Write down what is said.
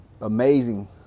amazing